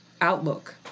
outlook